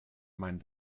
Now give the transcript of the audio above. meinen